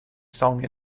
song